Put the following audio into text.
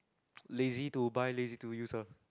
lazy to buy lazy to use ah